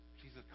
Jesus